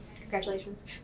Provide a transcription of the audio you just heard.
congratulations